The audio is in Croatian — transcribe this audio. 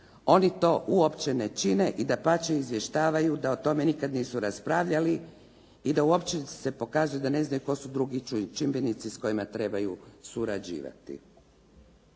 oni to uopće ne čine i dapače izvještavaju da o tome nikada nisu raspravljali i da uopće se pokazuju da ne znaju koji su drugi čimbenici s kojima trebaju surađivati.